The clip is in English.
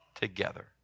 together